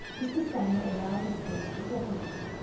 mr. stanley allowed his paper to drop a little,